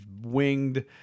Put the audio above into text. winged